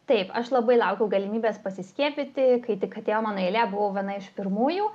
taip aš labai laukiau galimybės pasiskiepyti kai tik atėjo mano eilė buvau viena iš pirmųjų